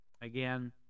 again